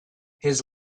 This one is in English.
his